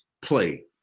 play